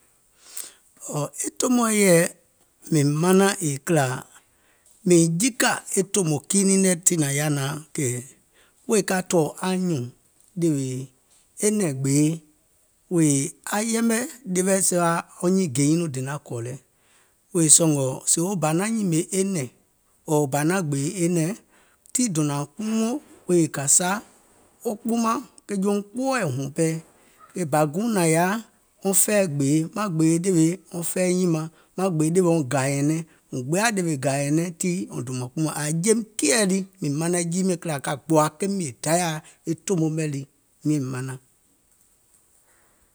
Ɔ̀ɔ̀ e tòmoɛ̀ yèɛ mìŋ manaŋ kìlà mìŋ jikà è tòmò kiiŋ niŋ nɛ̀ tiŋ nȧŋ yaȧ naȧŋ wèè ka tɔ̀ɔ̀ anyùùŋ ɗèwè e nɛ̀ŋ gbèe wèè aŋ yɛmɛ̀ ɗeweɛ̀ sua wɔŋ nyiiŋ ge nyiŋ nɔɔ̀ŋ donàŋ kɔ̀ lɛ, wèè sɔ̀ngɔ̀ sèè wo bȧ naŋ nyìmè e nɛ̀ŋ ɔ̀ɔ̀ bȧ naŋ gbèè e nɛ̀ŋ, tii dònȧùŋ kpuumò wèè kȧìsa wo kpuumàŋ ke jouŋ kpooɛ̀ wuŋ pɛɛ, e bȧ guùŋ nȧŋ yaȧ wɔŋ fɛi gbèe, maŋ gbèè ɗèwè wɔŋ fɛi nyìmaŋ, maŋ gbèè ɗèwè wɔŋ gȧ nyɛnɛŋ, mùŋ gbeȧ ɗèwè wɔŋ gà nyɛ̀nɛŋ tii è dòùm nȧŋ kpuumò ȧȧ jeim keìɛ lii mìŋ manaŋ jii miɛ̀ŋ kìlà ka gbòȧ ke mìè Dayȧa, e tòmo mɛ̀ lii miàŋ manaŋ.